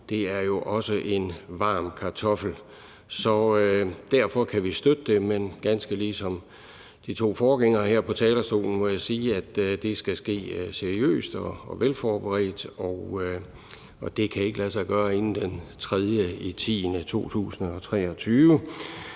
det er jo også en varm kartoffel. Så derfor kan vi støtte det, men ganske ligesom mine to forgængere her på talerstolen må jeg sige, at det skal ske seriøst og velforberedt, og det kan ikke lade sig gøre inden den 3. oktober 2023.